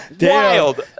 Wild